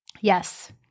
yes